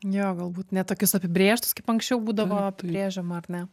jo galbūt ne tokius apibrėžtus kaip anksčiau būdavo apibrėžiama ar ne